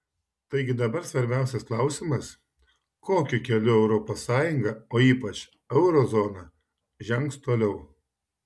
taigi dabar svarbiausias klausimas kokiu keliu europos sąjunga o ypač euro zona žengs toliau